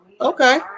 Okay